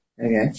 Okay